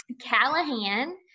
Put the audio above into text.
Callahan